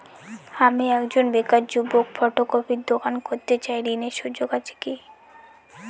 আমি একজন বেকার যুবক ফটোকপির দোকান করতে চাই ঋণের সুযোগ আছে কি?